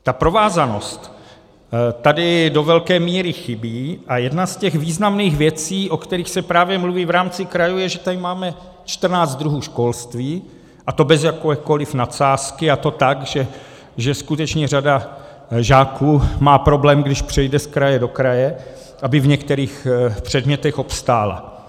Ta provázanost tady do velké míry chybí a jedna z těch významných věcí, o kterých se právě mluví v rámci krajů, je, že tady máme 14 druhů školství, a to bez jakékoliv nadsázky, a to tak, že skutečně řada žáků má problém, když přejde z kraje do kraje, aby v některých předmětech obstála.